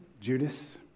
Judas